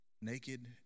naked